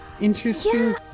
interesting